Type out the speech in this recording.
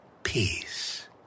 Peace